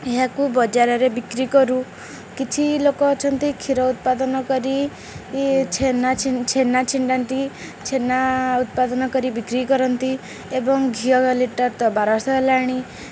ଏହାକୁ ବଜାରରେ ବିକ୍ରି କରୁ କିଛି ଲୋକ ଅଛନ୍ତି କ୍ଷୀର ଉତ୍ପାଦନ କରି ଛେନା ଛେନା ଛିଣ୍ଡାନ୍ତି ଛେନା ଉତ୍ପାଦନ କରି ବିକ୍ରି କରନ୍ତି ଏବଂ ଘିଅ ଲିଟରତ ବାରଶହ ହେଲାଣି